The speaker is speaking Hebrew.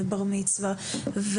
בר מצווה,